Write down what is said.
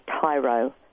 Tyro